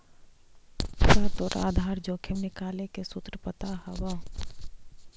का तोरा आधार जोखिम निकाले के सूत्र पता हवऽ?